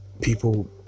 People